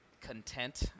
content